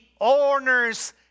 owner's